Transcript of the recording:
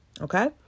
Okay